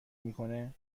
میکنه